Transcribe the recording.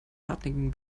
hartnäckigen